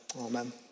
Amen